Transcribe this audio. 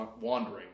wandering